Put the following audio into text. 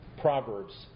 proverbs